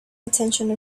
intention